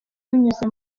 binyuze